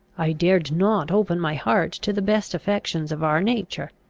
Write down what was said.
i dared not open my heart to the best affections of our nature.